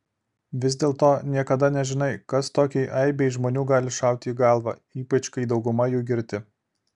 vis dėlto niekada nežinai kas tokiai aibei žmonių gali šauti į galvą ypač kai dauguma jų girti